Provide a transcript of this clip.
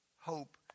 hope